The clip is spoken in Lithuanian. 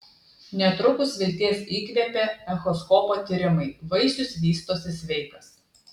netrukus vilties įkvėpė echoskopo tyrimai vaisius vystosi sveikas